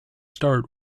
start